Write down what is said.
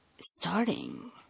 starting